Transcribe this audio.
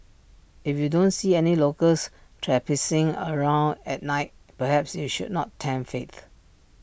if you don't see any locals traipsing around at night perhaps you should not tempt fate